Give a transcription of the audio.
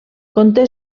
conté